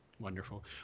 Wonderful